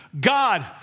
God